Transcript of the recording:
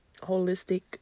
holistic